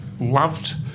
loved